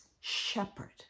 shepherd